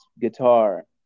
guitar